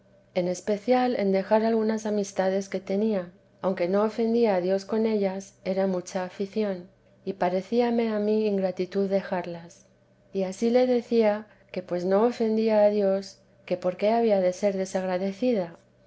en especial en dejar algunas amistades que tenía aunque no ofendía a dios con ellas era mucha afición y parecíame a mí ingratitud dejarlas y ansí le decía que pues no ofendía a dios que por qué había de ser desagradecida